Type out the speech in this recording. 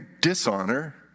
dishonor